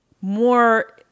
more